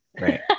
Right